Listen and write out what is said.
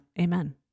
amen